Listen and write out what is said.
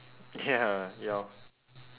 ya ya